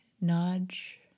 nudge